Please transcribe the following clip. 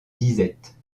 disette